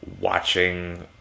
watching